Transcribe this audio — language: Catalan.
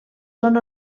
són